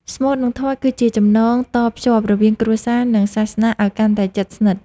ស្មូត និងធម៌គឺជាចំណងតភ្ជាប់រវាងគ្រួសារ និងសាសនាឱ្យកាន់តែជិតស្និទ្ធ។